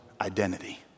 identity